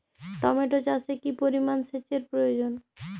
Tomato চাষে কি পরিমান সেচের প্রয়োজন?